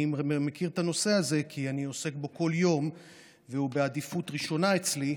אני מכיר את הנושא הזה כי אני עוסק בו כל יום והוא בעדיפות ראשונה אצלי,